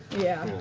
yeah,